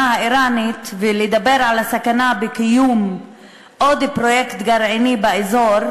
האיראנית ולדבר על הסכנה בקיום עוד פרויקט גרעיני באזור,